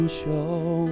show